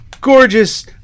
Gorgeous